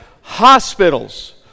Hospitals